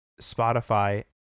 Spotify